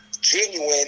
genuine